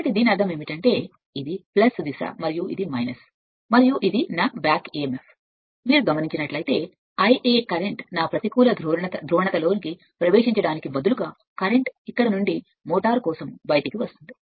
కాబట్టి దీని అర్థం అంటే మీరు చూస్తే ఇది దిశ మరియు ఇది మరియు ఇది నా వెనుక బ్యాక్ emf మీరు చూస్తే నేను మీకు బదులుగా మీరు పిలిచేది కరెంట్ కి వెళుతున్నాను నా ప్రతికూల ధ్రువణత కరెంట్ ఇక్కడ నుండి మోటారు కోసం బయలుదేరుతుంది